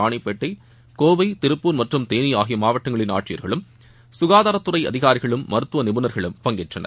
ரானிப்பேட்டை கோவை திருப்பூர் தேனி ஆகிய மாவட்டங்களின் ஆட்சியர்களும் சுகாதாரத் துறை அதிகாரிகளும் மருத்துவ நிபுணர்களும் பங்கேற்றனர்